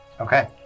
Okay